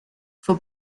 for